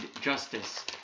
justice